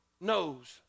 knows